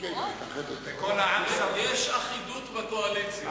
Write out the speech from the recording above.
יש אחידות בקואליציה.